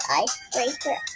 icebreaker